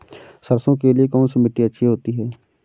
सरसो के लिए कौन सी मिट्टी अच्छी होती है?